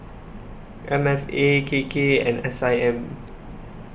M F A K K and S I M